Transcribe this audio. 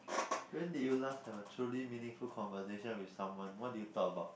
when did you last have a truly meaningful conversation with someone what did you talk about